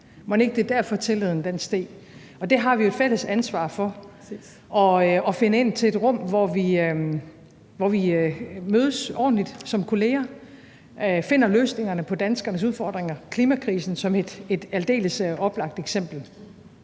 det var derfor, tilliden steg? Og det har vi et fælles ansvar for, altså at finde ind til et rum, hvor vi mødes ordentligt som kolleger og finder løsningerne på danskernes udfordringer – klimakrisen er et aldeles oplagt eksempel.